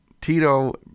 Tito